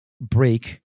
break